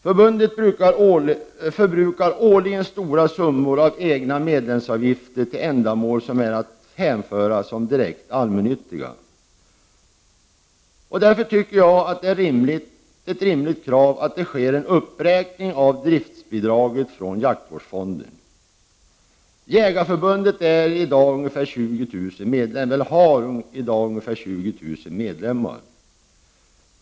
Förbundet förbrukar årligen stora summor av egna medlemsavgifter för ändamål som är att hänföra som direkt allmännyttiga. Därför tycker jag att det är ett rimligt krav att det sker en uppräkning av driftsbidraget från jaktvårdsfonden. Jägarnas riksförbund — Landsbygdens jägare har i dag ungefär 20 000 medlemmar.